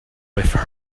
with